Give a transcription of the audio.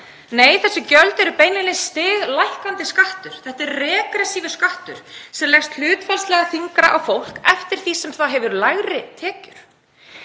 Nei, þessi gjöld eru beinlínis stiglækkandi skattur. Þetta er regressífur skattur sem leggst hlutfallslega þyngra á fólk eftir því sem það hefur lægri tekjur.